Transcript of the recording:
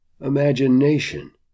Imagination